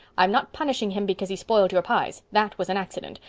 i'm not punishing him because he spoiled your pies. that was an accident.